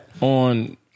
on